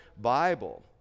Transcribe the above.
Bible